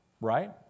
Right